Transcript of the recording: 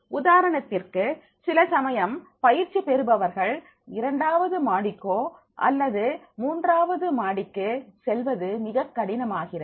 உதாரணத்திற்கு சில சமயம் பயிற்சி பெறுபவர்கள் இரண்டாவது மாடிக்கோ அல்லது மூன்றாவது மாடிக்கு செல்வது மிக கடினமாகிறது